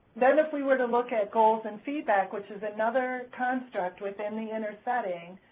then if we were to look at goals and feedback which is another construct within the inner setting,